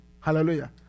Hallelujah